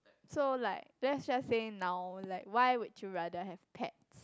so like let's just say now like why would you rather have pets